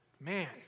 Man